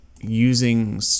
using